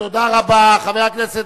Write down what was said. חבר הכנסת